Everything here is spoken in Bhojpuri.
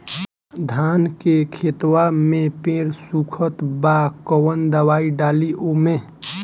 धान के खेतवा मे पेड़ सुखत बा कवन दवाई डाली ओमे?